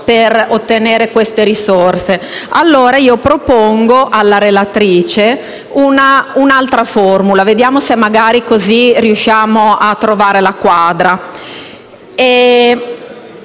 per ottenere queste risorse. Pertanto propongo alla relatrice un'altra formula e vediamo se così riusciamo a trovare la quadra.